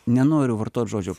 nenoriu vartot žodžio